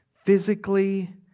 Physically